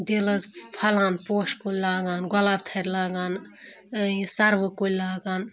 دِل حظ پھۄلان پوشہِ کُلۍ لاگان گۄلاب تھَرِ لاگان یہِ سَروٕ کُلۍ لاگان